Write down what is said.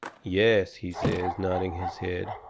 yes, he says, nodding his head.